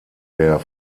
der